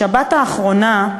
בשבת האחרונה,